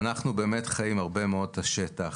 אנחנו באמת חיים הרבה מאוד את השטח.